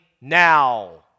now